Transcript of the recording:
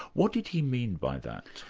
what did he mean by that?